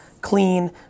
clean